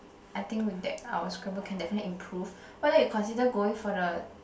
I think we that our Scrabble can definitely improve why don't you consider going for the